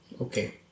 okay